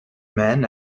men